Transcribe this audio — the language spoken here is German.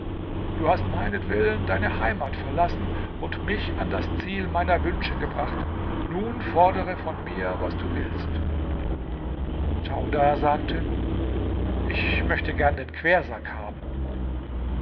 du hast meinetwillen deine heimat verlassen und mich an das ziel meiner wünsche gebracht nun fordere von mir was du willst djaudar sagte ich möchte gern deinen quersack haben